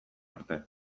arte